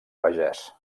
pagès